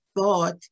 thought